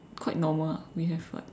quite normal ah we have like